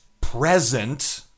present